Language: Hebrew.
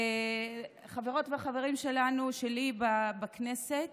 חברות וחברים שלנו, שלי, בכנסת,